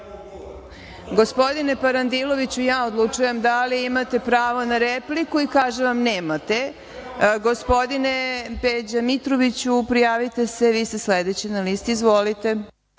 govora?)Gospodine Parandiloviću, ja odlučujem da li imate pravo na repliku i kažem vam – nemate. Gospodine Peđa Mitroviću, prijavite se, vi ste sledeći na listi. Izvolite.